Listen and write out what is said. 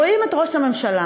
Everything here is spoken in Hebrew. רואים את ראש הממשלה,